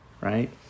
right